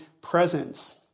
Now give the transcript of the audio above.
presence